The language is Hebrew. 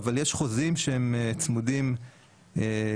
אבל יש חוזים שצמודים לברנט,